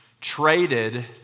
traded